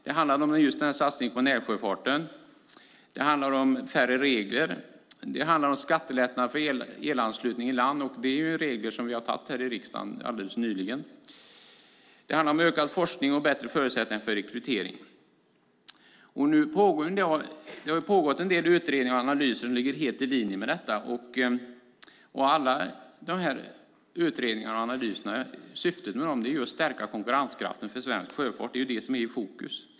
Det handlar om just satsningen på närsjöfarten och om färre regler. Det handlar också om skattelättnader för elanslutning i land. Där har vi antagit regler här i riksdagen nyligen. Det handlar om ökad forskning och bättre förutsättningar för rekrytering. Det har pågått en del utredningar och analyser som ligger helt i linje med detta. Syftet med alla dessa utredningar och analyser är att stärka konkurrenskraften för svensk sjöfart. Det är det som är i fokus.